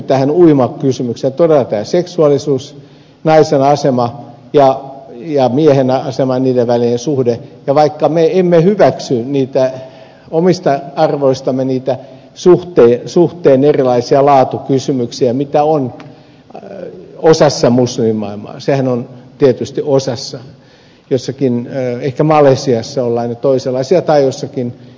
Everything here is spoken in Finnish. tähän uimakysymykseen liittyy todella tämä seksuaalisuus naisen asema ja miehen asema ja niiden välinen suhde vaikka me emme hyväksy omista arvoistamme niitä suhteen erilaisia laatukysymyksiä mitä on osassa muslimimaailmaa sehän on tietysti osassa jossakin ehkä malesiassa ollaan jo toisenlaisia tai jossakin indonesiassa